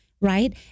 right